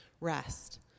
rest